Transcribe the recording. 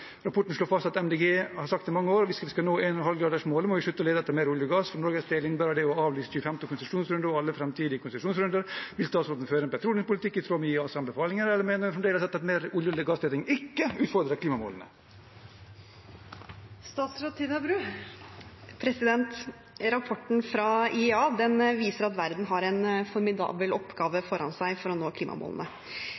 Rapporten slår fast det MDG har sagt i mange år: Hvis vi skal nå 1,5-gradersmålet, må vi slutte å lete etter mer olje og gass. For Norges del innebærer det å avlyse 25. konsesjonsrunde og alle fremtidige konsesjonsrunder. Vil statsministeren føre en petroleumspolitikk i tråd med IEAs anbefalinger, eller mener hun fremdeles at mer olje- og gassleting ikke utfordrer klimamålene?» Rapporten fra IEA viser at verden har en formidabel oppgave